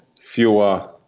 fewer